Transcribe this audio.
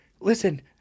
listen